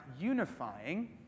unifying